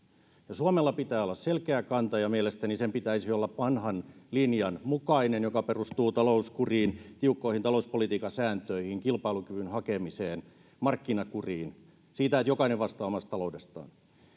suomella pitää olla selkeä kanta ja mielestäni sen pitäisi olla vanhan linjan mukainen joka perustuu talouskuriin tiukkoihin talouspolitiikan sääntöihin kilpailukyvyn hakemiseen markkinakuriin siihen että jokainen vastaa omasta taloudestaan